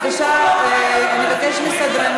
או שאני פשוט אוציא אותך מהאולם.